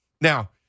Now